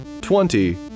twenty